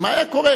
מה היה קורה.